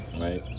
right